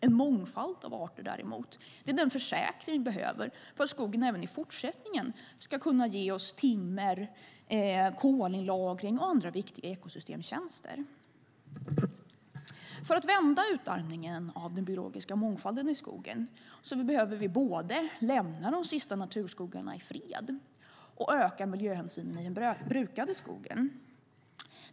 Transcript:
En mångfald av arter däremot är den försäkring som vi behöver för att skogen även i fortsättningen ska kunna ge oss timmer, kolinlagring och andra viktiga ekosystemtjänster. För att vända utarmningen av den biologiska mångfalden i skogen behöver vi både lämna de sista naturskogarna i fred och öka miljöhänsynen i den brukade skogen.